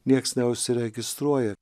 nieks neužsiregistruoja